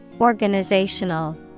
Organizational